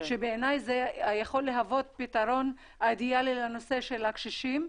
שבעיניי זה יכול להוות פתרון אידיאלי לנושא של הקשישים,